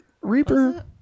Reaper